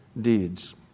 deeds